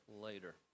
later